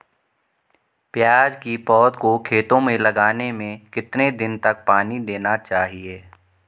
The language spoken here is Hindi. प्याज़ की पौध को खेतों में लगाने में कितने दिन तक पानी देना चाहिए?